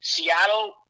Seattle